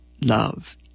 love